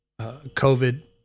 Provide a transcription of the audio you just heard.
COVID